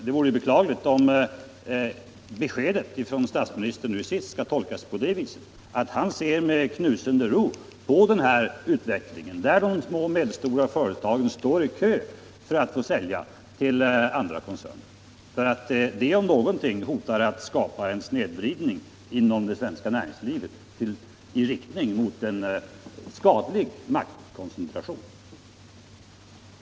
Det vore beklagligt om det senaste beskedet från statsministern skall tolkas på det viset att han ser med knusende ro på denna utveckling. Det om någonting hotar att skapa en snedvridning inom det svenska näringslivet i riktning mot en skadlig maktkoncentration.